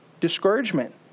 Discouragement